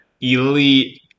elite